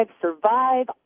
survive